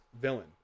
villain